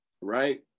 Right